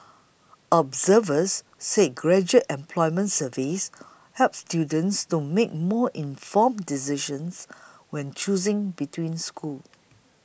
observers said graduate employment surveys help students to make more informed decisions when choosing between schools